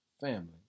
Family